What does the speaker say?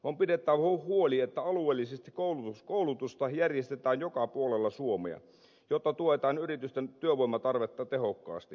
on pidettävä huoli että alueellisesti koulutusta järjestetään joka puolella suomea jotta tuetaan yritysten työvoimatarvetta tehokkaasti